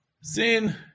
Sin